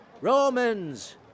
Romans